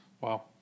Wow